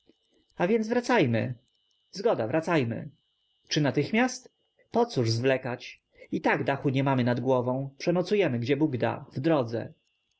a więc wracajmy zgoda wracajmy czy natychmiast pocóż zwlekać i tak dachu nie mamy nad głową przenocujemy gdzie bóg da w drodze